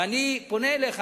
ואני פונה אליך.